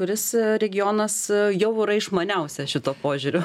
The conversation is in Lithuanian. kuris regionas jau yra išmaniausias šituo požiūriu